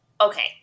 okay